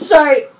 Sorry